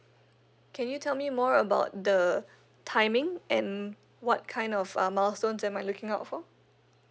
can you tell me more about the timing and what kind of uh milestones am I looking out for